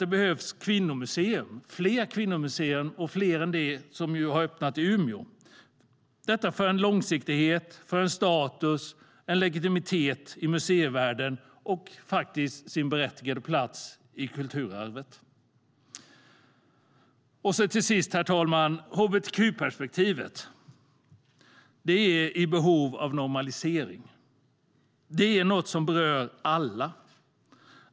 Det behövs fler kvinnomuseer - fler än det som har öppnat i Umeå - för en långsiktighet, en status och legitimitet i museivärlden, liksom en berättigad plats i kulturarvet. Herr talman! Till sist tar jag upp hbtq-perspektivet, som är i behov av normalisering. Det är något som berör alla.